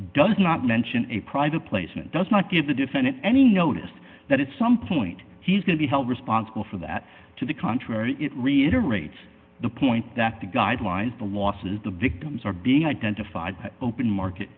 does not mention a private placement does not give the defendant any notice that it's some point he's going to be held responsible for that to the contrary it reiterate the point that the guidelines the losses the victims are being identified open market